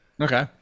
Okay